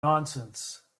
nonsense